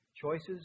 Choices